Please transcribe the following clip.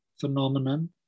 phenomenon